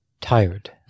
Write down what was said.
tired